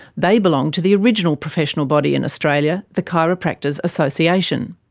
they belong to the original professional body in australia, the chiropractors association.